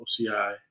OCI